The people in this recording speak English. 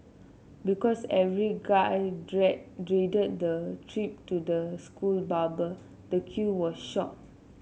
because every guy dreaded the trip to the school barber the queue was short